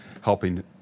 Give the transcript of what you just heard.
helping